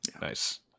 Nice